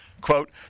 Quote